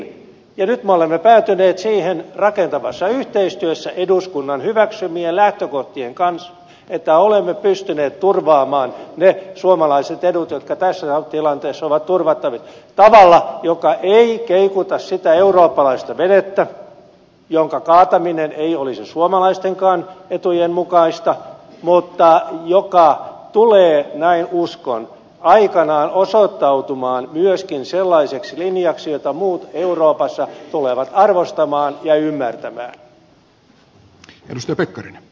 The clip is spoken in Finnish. nyt me olemme päätyneet siihen rakentavassa yhteistyössä eduskunnan hyväksymien lähtökohtien kanssa että olemme pystyneet turvaamaan ne suomalaiset edut jotka tässä tilanteessa ovat turvattavissa tavalla joka ei keikuta sitä eurooppalaista venettä jonka kaataminen ei olisi suomalaistenkaan etujen mukaista mutta joka tulee näin uskon aikanaan osoittautumaan myöskin sellaiseksi linjaksi jota muut euroopassa tulevat arvostamaan ja ymmärtämään